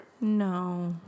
No